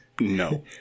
no